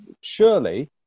surely